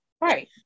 right